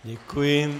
Děkuji.